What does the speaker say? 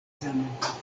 zamenhof